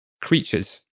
creatures